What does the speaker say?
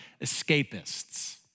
escapists